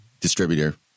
distributor